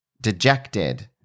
dejected